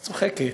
את צוחקת.